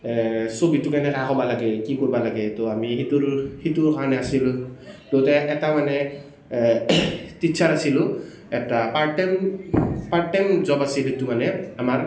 ছবিটো কেনেকৈ আঁকিব লাগে কি কৰিবা লাগে তো আমি সিটোৰ সিটোৰ কাৰণে আছিলোঁ দুয়োটাই এটা মানে টিচ্ছাৰ আছিলোঁ এটা part time part time job আছিল সিটো মানে আমাৰ